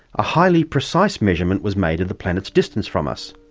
a highly precise measurement was made of the planet's distance from us.